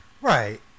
Right